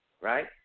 right